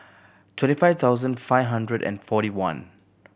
twenty five thousand five hundred and forty one